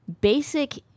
basic